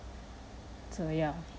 so yeah